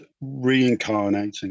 reincarnating